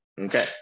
Okay